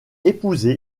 épousé